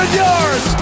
yards